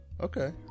Okay